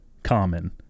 Common